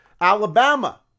Alabama